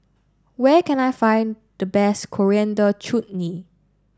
where can I find the best Coriander Chutney